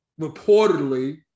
reportedly